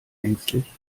ängstlich